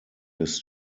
his